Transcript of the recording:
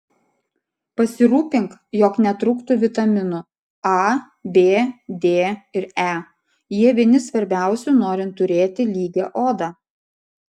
pasirūpink jog netrūktų vitaminų a b d ir e jie vieni svarbiausių norint turėti lygią odą